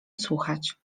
słuchać